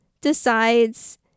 decides